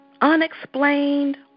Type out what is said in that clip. unexplained